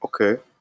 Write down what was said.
okay